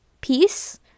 peace